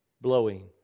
blowing